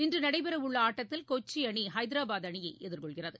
இன்று நடைபெறவுள்ள போட்டியில் கொச்சி அணி ஐதராபாத் அணியை எதிர்கொள்கிறது